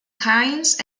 keynes